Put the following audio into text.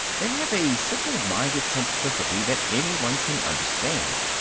they have a simple-minded simplicity that anyone can understand.